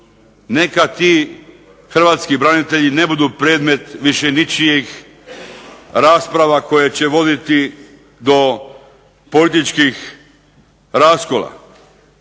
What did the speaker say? Neka ti hrvatski branitelji ne budu predmet više ničijih rasprava koje će voditi do političkih raskola.